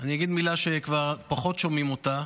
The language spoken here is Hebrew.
אני אגיד מילה שכבר פחות שומעים אותה,